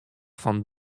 fan